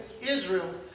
Israel